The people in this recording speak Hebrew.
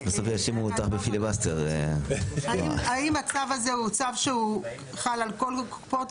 כאלה, האם הצו הזה הוא צו שהוא חל על כל הקופות?